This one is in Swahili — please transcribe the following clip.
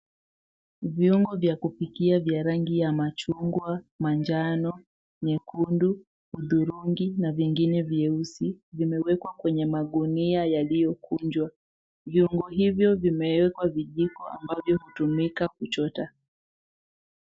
Viungo vya kupikia vya rangi ya machungwa, manjano, nyekundu, hudhurungi vingine vyeusi vimewekwa kwenye magunia yaliyokunjwa, viungo hivyo vimeekwa vijiko ambavyo hutumika kuchota.